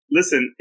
Listen